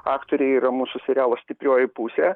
aktoriai yra mūsų serialo stiprioji pusė